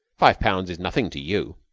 five pounds is nothing to you.